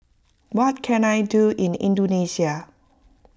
what can I do in Indonesia